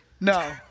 No